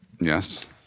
Yes